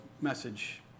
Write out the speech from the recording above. message